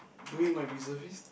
doing my reservist